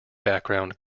background